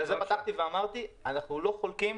ואמרתי: אנחנו לא חולקים